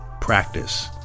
practice